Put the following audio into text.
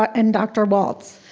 and dr. walts.